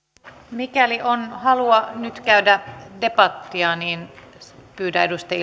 mikäli on halua nyt käydä debattia niin pyydän edustajia